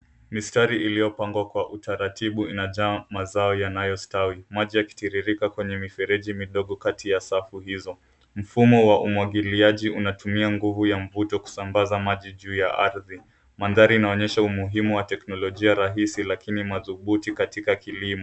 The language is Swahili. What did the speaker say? Mistari iliyopangwa kwa utaratibu inajaa mazao yanayostawi ,maji yakitiririka katika mifereji midogo kati ya safu hizo. Mfumo wa umwagiliaji unatumia nguvu ya mvuto kusambaza maji juu ya ardhi .Mandahri inaonyesha umuhimu wa teknolojia rahisi lakini madhubuti katika kilimo.